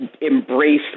embrace